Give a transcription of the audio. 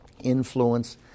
influence